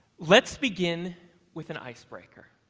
let's begin with an icebreaker.